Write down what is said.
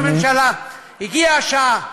אדוני ראש הממשלה, הגיעה השעה,